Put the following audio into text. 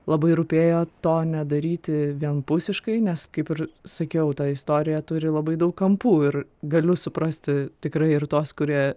labai rūpėjo to nedaryti vienpusiškai nes kaip ir sakiau ta istorija turi labai daug kampų ir galiu suprasti tikrai ir tuos kurie